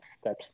steps